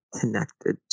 connected